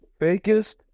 Fakest